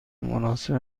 مناسب